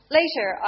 later